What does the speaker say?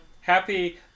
Happy